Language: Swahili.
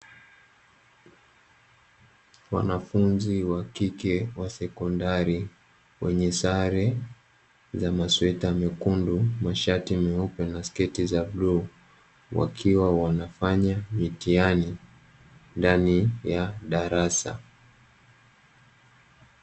Wanafunzi wa kike wa sekondari wenye sare za masweta mekundu, mashati meupe na sketi za bluu wakiwa wanafanya mitihani ndani ya darasa.